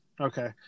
Okay